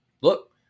look